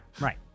right